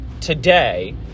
today